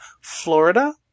Florida